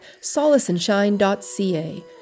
solaceandshine.ca